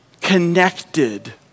connected